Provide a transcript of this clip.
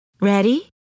Ready